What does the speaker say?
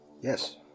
Yes